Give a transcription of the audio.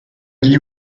gli